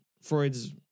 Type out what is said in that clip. Freud's